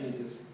Jesus